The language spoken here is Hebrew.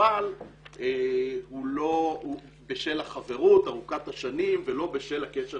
אבל בשל החברות ארוכת השנים ולא בשל הקשר